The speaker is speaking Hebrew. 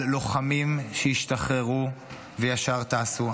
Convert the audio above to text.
על לוחמים שהשתחררו וישר טסו,